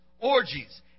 orgies